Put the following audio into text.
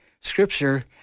scripture